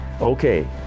Okay